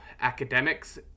academics